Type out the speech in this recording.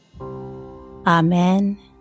Amen